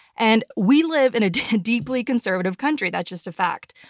and we live in a deeply conservative country. that's just a fact.